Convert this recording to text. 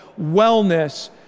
Wellness